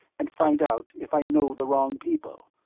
and find out if i know the wrong people,